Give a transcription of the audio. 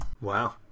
wow